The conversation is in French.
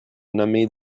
nommé